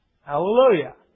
Hallelujah